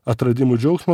atradimų džiaugsmo